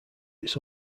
its